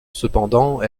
cependant